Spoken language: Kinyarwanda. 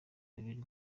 bibiri